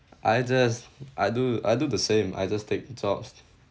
I just I do I do the same I just take jobs